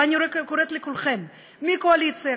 ואני קוראת לכולכם מהקואליציה,